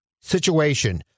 situation